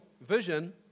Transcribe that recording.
vision